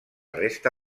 resta